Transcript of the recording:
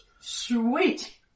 Sweet